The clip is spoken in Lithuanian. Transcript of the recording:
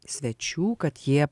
svečių kad jie